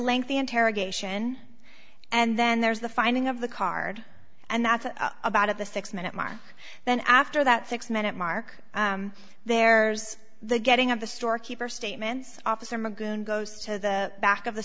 lengthy interrogation and then there's the finding of the card and that's about at the six minute mark then after that six minute mark there's the getting of the storekeeper statements officer magoon goes to the back of the